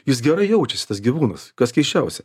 jis gerai jaučiasi tas gyvūnas kas keisčiausia